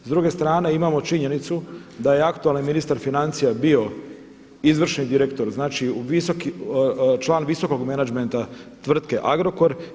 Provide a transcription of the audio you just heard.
S druge strane imamo činjenicu da je aktualni ministar financija bio izvršni direktor, znači član visokog menadžmenta tvrtke Agrokor.